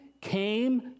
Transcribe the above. came